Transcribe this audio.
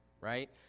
right